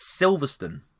Silverstone